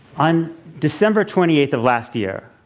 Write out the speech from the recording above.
on december twenty eighth of last year,